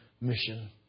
mission